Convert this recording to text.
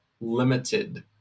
limited